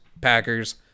packers